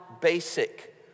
basic